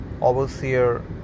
overseer